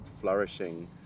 flourishing